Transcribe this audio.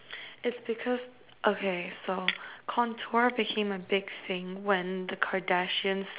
it's because okay so contour became a big thing when the Kardashians